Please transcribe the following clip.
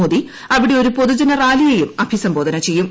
മോദി അവിടെ ഒരു പൊതുജനറാലിയെയും അഭിസംബോധന ചെയ്യും